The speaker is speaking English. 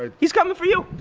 and he's coming for you.